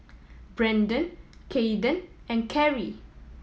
Brendan Kaeden and Carry